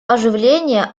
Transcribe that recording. оживления